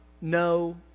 no